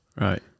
right